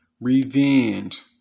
Revenge